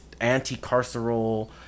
anti-carceral